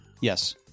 Yes